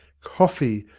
coffee,